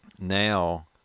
now